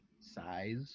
size